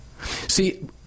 See